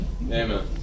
Amen